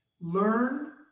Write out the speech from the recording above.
Learn